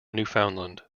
newfoundland